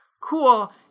Cool